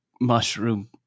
mushroom